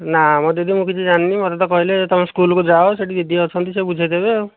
ନା ମ ଦିଦି ମୁଁ କିଛି ଜାଣିନି ମୋତେ ତ କହିଲେ ତୁମେ ସ୍କୁଲ କୁ ଯାଅ ସେଇଠି ଦିଦି ଅଛନ୍ତି ସେ ବୁଝାଇଦେବେ ଆଉ